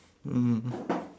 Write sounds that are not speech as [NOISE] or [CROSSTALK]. mmhmm [NOISE]